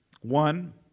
One